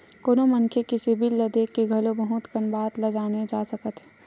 कोनो मनखे के सिबिल ल देख के घलो बहुत कन बात ल जाने जा सकत हे